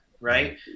right